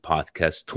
Podcast